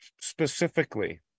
specifically